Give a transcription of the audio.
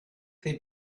they